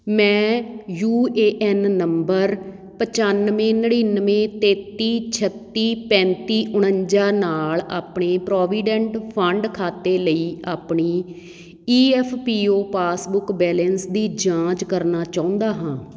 ਮੈਂ U A N number ਪਚਾਨਵੇਂ ਨੜਿਨਵੇਂ ਤੇਤੀ ਛੱਤੀ ਪੈਂਤੀ ਉਣੰਜਾ ਨਾਲ ਆਪਣੇ ਪ੍ਰੋਵੀਡੈਂਟ ਫੰਡ ਖਾਤੇ ਲਈ ਆਪਣੀ E F P O passbook balance ਦੀ ਜਾਂਚ ਕਰਨਾ ਚਾਹੁੰਦਾ ਹਾਂ